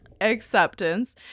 acceptance